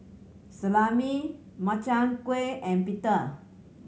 Salami Makchang Gui and Pita